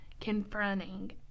confronting